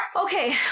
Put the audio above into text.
Okay